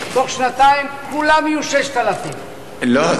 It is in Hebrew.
בתוך שנתיים כולם יהיו 6,000. לא,